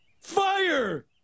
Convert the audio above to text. Fire